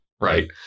right